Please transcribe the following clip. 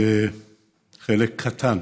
וחלק קטן